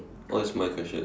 oh it's my question ah